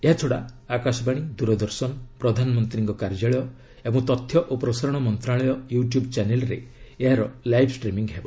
ଏହାଛଡ଼ା ଆକାଶବାଣୀ ଦୂରଦର୍ଶନ ପ୍ରଧାନମନ୍ତ୍ରୀଙ୍କ କାର୍ଯ୍ୟାଳୟ ଏବଂ ତଥ୍ୟ ଓ ପ୍ରସାରଣ ମନ୍ତ୍ରଶାଳୟ ୟୁ ଟ୍ୟୁବ୍ ଚ୍ୟାନେଲ୍ରେ ଏହାର ଲାଇଭ୍ ଷ୍ଟ୍ରିମିଙ୍ଗ୍ ହେବ